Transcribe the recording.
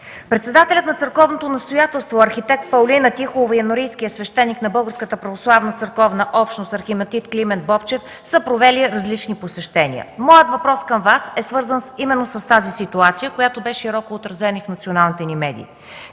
Председателят на църковното настоятелство арх. Паулина Тихолова и енорийският свещеник на Българската православна църковна общност архимандрит Климент Бобчев са провели посещение. Моят въпрос към Вас е свързан именно с тази ситуация, която бе широко отразена и в националните ни медии.